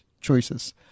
choices